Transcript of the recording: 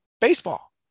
baseball